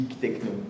Techno